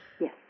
Yes